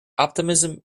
optimism